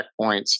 checkpoints